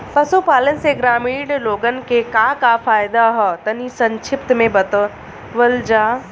पशुपालन से ग्रामीण लोगन के का का फायदा ह तनि संक्षिप्त में बतावल जा?